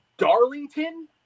Darlington